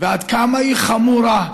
ועד כמה היא חמורה.